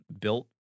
built